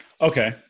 Okay